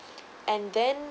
and then